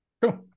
Cool